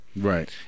Right